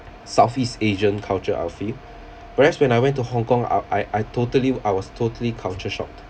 southeast asian culture outfit whereas when I went to hong kong I I I totally I was totally culture shocked